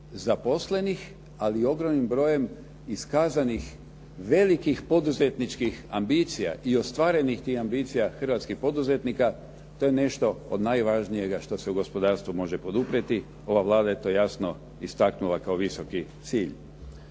zaposlenih, ali i ogromnim brojem iskazanih velikih poduzetničkih ambicija i ostvarenih tih ambicija hrvatskih poduzetnika, to je nešto od najvažnijega što se u gospodarstvu može poduprijeti. Ova Vlada je to jasno istaknula kao visoki cilja.